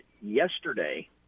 yesterday